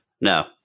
No